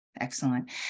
excellent